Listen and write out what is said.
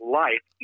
life